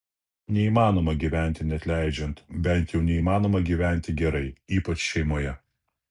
neįmanoma gyventi neatleidžiant bent jau neįmanoma gyventi gerai ypač šeimoje